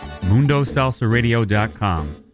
Mundosalsaradio.com